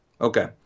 Okay